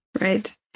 Right